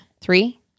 Three